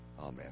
Amen